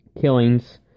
killings